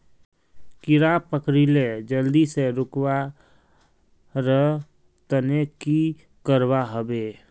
कीड़ा पकरिले जल्दी से रुकवा र तने की करवा होबे?